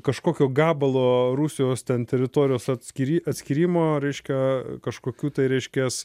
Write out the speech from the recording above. kažkokio gabalo rusijos ten teritorijos atskiri atskyrimo reiškia kažkokiu tai reiškias